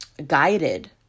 guided